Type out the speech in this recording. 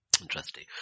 Interesting